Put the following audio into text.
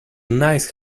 nice